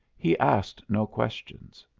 he asked no questions,